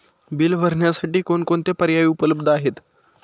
Bill भरण्यासाठी कोणकोणते पर्याय उपलब्ध आहेत?